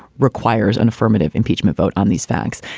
requires an affirmative impeachment vote on these facts.